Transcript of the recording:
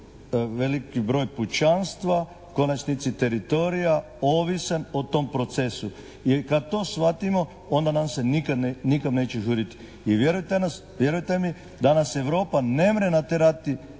veliki broj kućanstva u konačnici teritorija ovisan o tom procesu. I kad to shvatimo onda nam se nikam' neće žurit. I vjerujte mi da nas Europa nemre naterati